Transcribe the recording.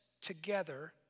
together